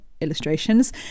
illustrations